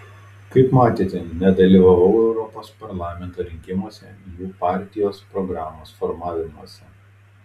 kaip matėte nedalyvavau europos parlamento rinkimuose jų partijos programos formavimuose